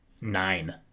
nine